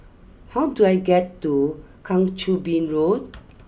how do I get to Kang Choo Bin Road